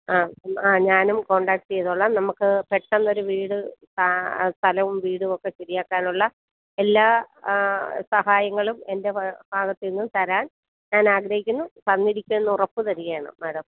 ആ ആ ഞാനും കോൺഡാക്റ്റ് ചെയ്തുകൊള്ളാം നമുക്ക് പെട്ടെന്നൊരു വീട് സ്ഥലവും വീടുമൊക്കെ ശരിയാക്കാനുള്ള എല്ലാ സഹായങ്ങളും എൻ്റെ ഭാഗത്തുനിന്നും തരാൻ ഞാനാഗ്രഹിക്കുന്നു തന്നിരിക്കുമെന്ന് ഉറപ്പ് തരികയാണ് മാഡം